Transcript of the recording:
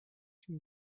she